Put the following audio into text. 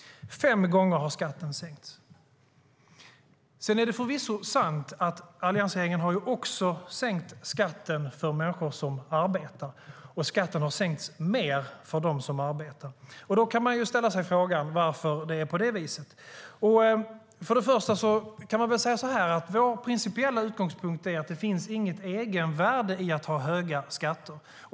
Sedan är det förvisso sant att alliansregeringen också har sänkt skatten mer för människor som arbetar. Då kan man ställa sig frågan varför det är på det viset. Vår principiella utgångspunkt är att det inte finns något egenvärde i att ha höga skatter.